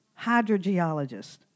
hydrogeologist